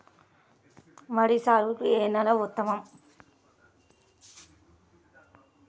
వరి సాగుకు ఏ నేల ఉత్తమం?